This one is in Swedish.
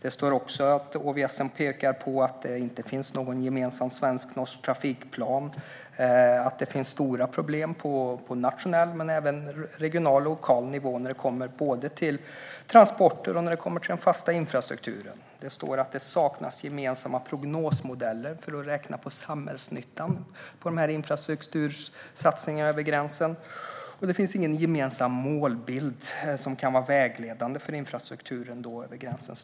I ÅVS:en pekas också på att det inte finns någon gemensam svensk-norsk trafikplan och att det finns stora problem på nationell nivå men även på regional och lokal nivå när det kommer till både transport och den fasta infrastrukturen. Det står att det saknas gemensamma prognosmodeller för att räkna på samhällsnyttan av infrastruktursatsningarna över gränsen, och det finns ingen gemensam målbild som kan vara vägledande för infrastrukturen över gränsen.